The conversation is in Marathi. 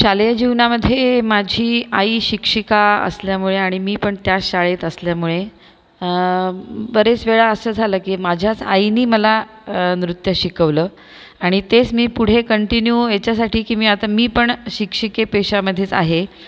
शालेय जीवनामध्ये माझी आई शिक्षिका असल्यामुळे आणि मी पण त्याच शाळेत असल्यामुळे बरेच वेळा असं झालं की माझ्याच आईनी मला नृत्य शिकवलं आणि तेच मी पुढे कंटीन्यू याच्यासाठी की मी पण शिक्षकी पेशामध्येच आहे